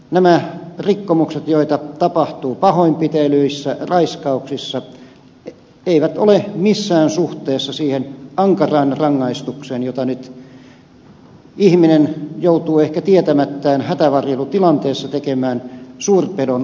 nämä rikkomukset joita tapahtuu pahoinpitelyissä raiskauksissa eivät ole missään suhteessa ankaraan rangaistukseen siitä mitä ihminen joutuu ehkä tietämättään hätävarjelutilanteessa tekemään suurpedon osalta